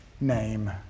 name